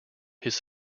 his